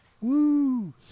Woo